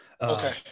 Okay